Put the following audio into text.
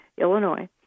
Illinois